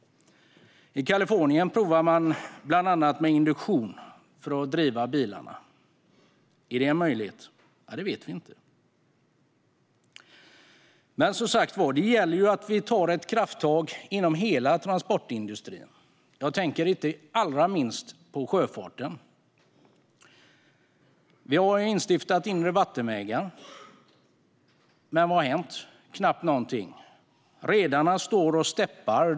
I Kalifornien provar man bland annat med induktion för att driva bilarna. Är det en möjlighet? Ja, det vet vi inte. Men, som sagt var, det gäller att vi tar ett krafttag inom hela transportindustrin. Jag tänker inte minst på sjöfarten. Vi har instiftat inre vattenvägar. Men vad har hänt? Knappt någonting. Redarna står och steppar.